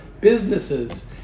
businesses